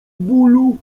bólu